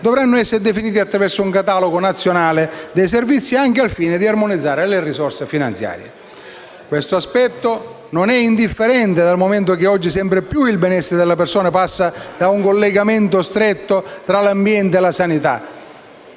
dovranno essere definiti attraverso un Catalogo nazionale dei servizi, anche al fine di armonizzare le risorse finanziarie. Questo aspetto non è indifferente, dal momento che oggi sempre più il benessere della persona passa da un collegamento stretto tra ambiente e sanità,